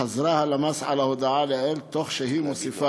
חזר הלמ"ס על ההודעה לעיל תוך הוספה: